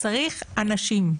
צריך אנשים.